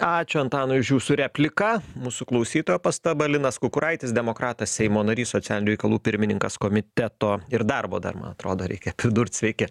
ačiū antanui už jūsų repliką mūsų klausytojo pastaba linas kukuraitis demokratas seimo narys socialinių reikalų pirmininkas komiteto ir darbo dar man atrodo reikia pridurt sveiki